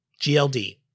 GLD